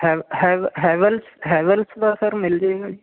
ਹੈ ਹੈਵਲ ਹੈਵਲਸ ਦਾ ਸਰ ਮਿਲ ਜਾਏਗਾ